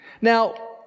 Now